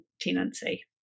tenancy